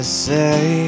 say